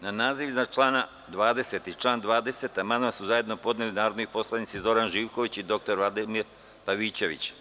Na naziv iznad člana 20. i član 20. amandman su zajedno podneli narodni poslanici Zoran Živković i Vladimir Pavićević.